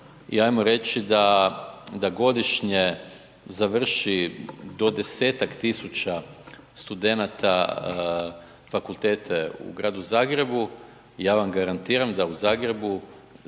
i ajmo reći da godišnje završi do 10.000 studenata fakultete u Gradu Zagrebu. Ja vam garantiram da u Zagrebu